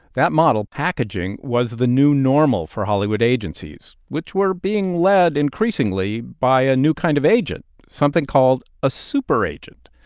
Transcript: that model packaging was the new normal for hollywood agencies, which were being led increasingly by a new kind of agent something called a super agent,